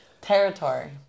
territory